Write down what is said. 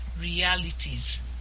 realities